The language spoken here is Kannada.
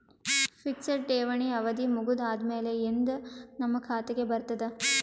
ಫಿಕ್ಸೆಡ್ ಠೇವಣಿ ಅವಧಿ ಮುಗದ ಆದಮೇಲೆ ಎಂದ ನಮ್ಮ ಖಾತೆಗೆ ಬರತದ?